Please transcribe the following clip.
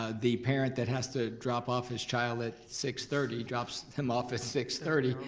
ah the parent that has to drop off his child at six thirty drops him off at six thirty.